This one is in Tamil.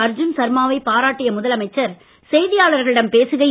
அர்ஜுன் சர்மாவை பாராட்டிய முதலமைச்சர் செய்தியாளர்களிடம் பேசுகையில்